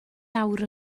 awr